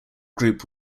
group